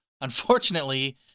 Unfortunately